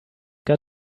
got